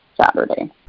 Saturday